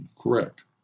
correct